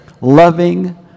loving